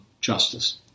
justice